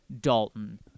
Dalton